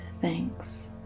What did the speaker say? thanks